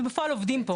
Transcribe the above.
ובפועל עובדים פה.